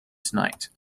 tonight